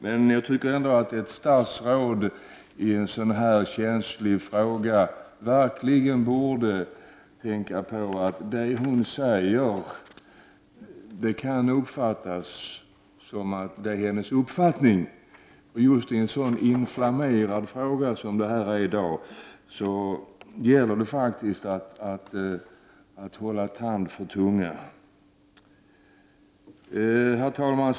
Men jag tycker ändå att ett statsråd i en så här känslig fråga verkligen borde tänka på att det hon säger kan uppfattas så, att detta är hennes åsikt. Framför allt i en så inflammerad fråga som detta i dag är gäller det att hålla tand för tunga. Herr talman!